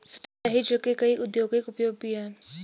सतही जल के कई औद्योगिक उपयोग भी हैं